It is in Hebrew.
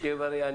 שיהיה בריא,